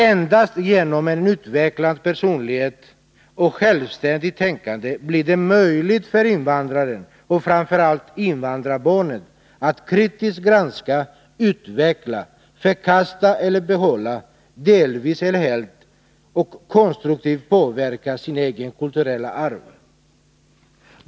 Endast genom en utvecklad personlighet och självständigt tänkande blir det möjligt för invandraren och framför allt invandrarbarnet att kritiskt granska, utveckla, förkasta eller behålla, delvis eller helt, och konstruktivt påverka sitt eget kulturella arv.